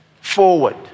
forward